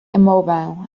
immobile